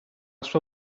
sua